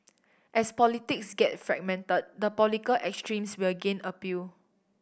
as politics get fragmented the political extremes will gain appeal